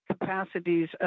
capacities